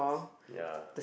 ya